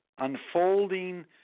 unfolding